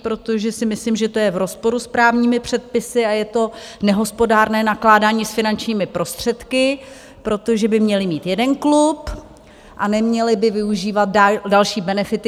Protože si myslím, že to je v rozporu s právními předpisy a je to nehospodárné nakládání s finančními prostředky, protože by měli mít jeden klub a neměli by využívat další benefity.